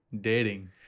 dating